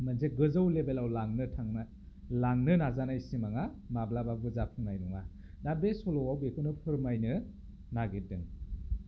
मोनसे गोजौ लेभेलाव लांनो थांनो लांनो नाजानाय सिमाङा माब्लाबाबो जाफुंनाय नङा दा बे सल'आव बेखौनो फोरमायनो नागिरदों